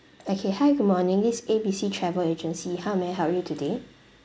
okay hi good morning this is A B C travel agency how may I help you today